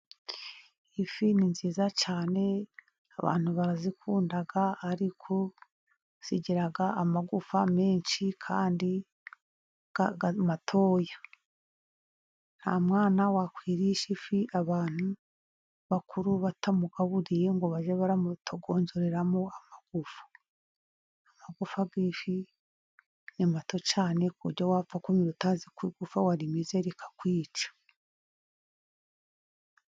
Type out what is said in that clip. Iyi fi ni nziza cyane abantu barazikunda, ariko zigira amagufa menshi kandi matoya ,nta mwana wakwirisha ifi abantu bakuru batamukaburiye ngo bajye baramutagonjoreramo amagufu ,amagufa y'ifi ni mato cyane ku buryo wapfa kumira utazi ko igufa warimize rikakwica.